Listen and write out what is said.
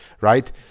right